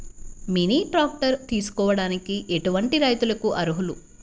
Mini tractor తీసుకోవడానికి ఎటువంటి రైతులకి అర్హులు?